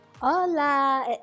Hola